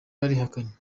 yabihakanye